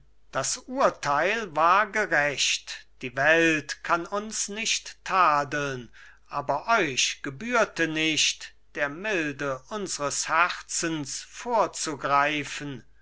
das urteil war gerecht die welt kann uns nicht tadeln aber euch gebührte nicht der milde unsres herzens vorzugreifen